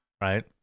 right